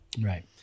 Right